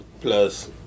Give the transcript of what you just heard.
Plus